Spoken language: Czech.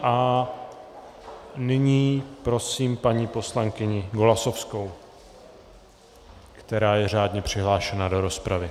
A nyní prosím paní poslankyni Golasowskou, která je řádně přihlášena do rozpravy.